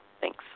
Thanks